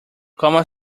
como